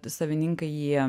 savininkai jį